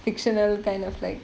fictional kind of like